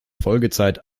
folgezeit